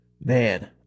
man